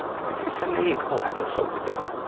i think i said maybe a couple episodes ago,